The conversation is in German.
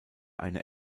eine